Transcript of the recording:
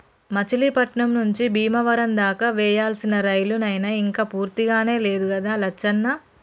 మచిలీపట్నం నుంచి బీమవరం దాకా వేయాల్సిన రైలు నైన ఇంక పూర్తికానే లేదు గదా లచ్చన్న